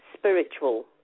spiritual